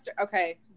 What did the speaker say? Okay